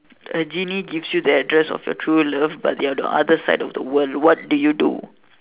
a genie gives you the address of your true love but they are on the other side of the world what do you do